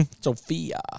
Sophia